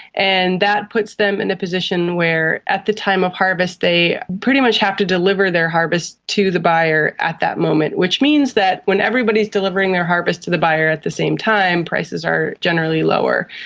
and that puts them in a position where at the time of harvest they pretty much have to deliver their harvest to the buyer at that moment, which means that when everybody is delivering their harvest to the buyer at the same time, prices are generally lower.